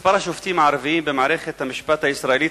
מספר השופטים הערבים במערכת המשפט הישראלית